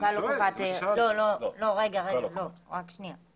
רק שנייה,